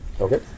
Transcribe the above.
Okay